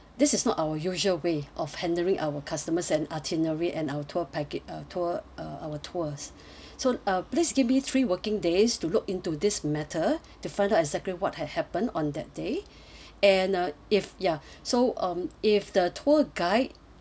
this is not our usual way of handling our customers and itinerary and our tour packa~ uh tour uh our tours so uh please give me three working days to look into this matter to find out exactly what had happened on that day and uh if ya so um if the tour guide